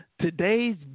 Today's